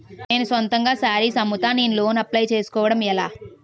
నేను సొంతంగా శారీస్ అమ్ముతాడ, నేను లోన్ అప్లయ్ చేసుకోవడం ఎలా?